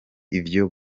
ivyo